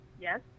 Yes